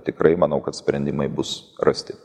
tikrai manau kad sprendimai bus rasti